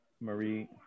Marie